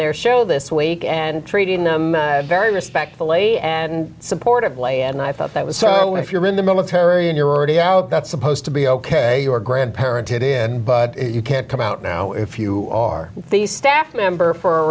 their show this week and treating them very respectfully and supportive les and i thought that was so if you're in the military and you're already out that's supposed to be ok your grandparents get in but you can't come out now if you are the staff member for